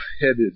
headed